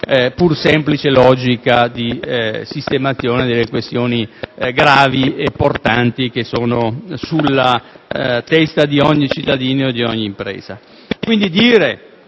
pur semplice logica di sistemazione delle questioni gravi e portanti che gravano sulla testa di ogni cittadino e di ogni impresa. Quindi,